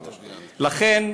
לכן,